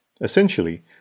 Essentially